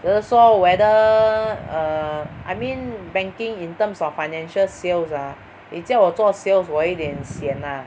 比如说 whether err I mean banking in terms of financial sales ah 你叫我做 sales 我一点 sian ah